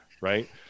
right